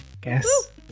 Guess